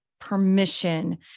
permission